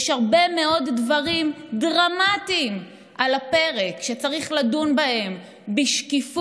יש הרבה מאוד דברים דרמטיים על הפרק שצריך לדון בהם בשקיפות,